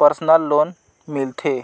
personal loan मिलथे